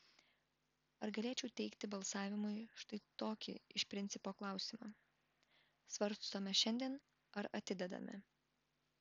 ar galėčiau teikti balsavimui štai tokį iš principo klausimą svarstome šiandien ar atidedame